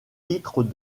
vitres